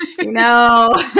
no